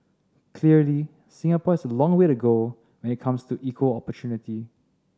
clearly Singapore has a long way to go when it comes to equal opportunity